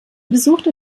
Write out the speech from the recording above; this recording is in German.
besuchte